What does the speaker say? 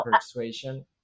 persuasion